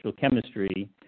chemistry